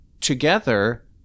together